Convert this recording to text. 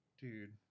Dude